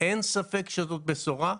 אין ספק שזאת בשורה,